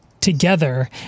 together